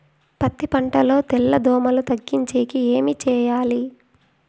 పత్తి పంటలో తెల్ల దోమల తగ్గించేకి ఏమి చేయాలి?